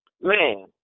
Man